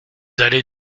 allez